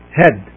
head